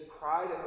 pride